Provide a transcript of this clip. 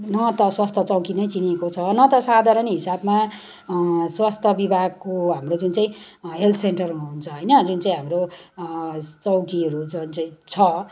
न त स्वास्थ्य चौकी नै चिनेको छ न त साधारण हिसाबमा स्वास्थ्य विभागको हाम्रो जुन चाहिँ हेल्थ सेन्टर हुन्छ होइन जुन चाहिँ हाम्रो चौकीहरू जुन चाहिँ छ